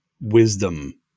wisdom